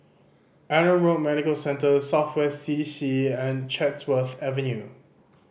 Adam Road Medical Centre South West C D C and Chatsworth Avenue